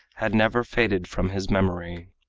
had never faded from his memory.